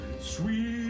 sweet